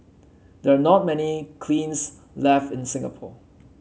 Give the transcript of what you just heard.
there are not many kilns left in Singapore